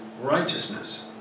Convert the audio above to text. righteousness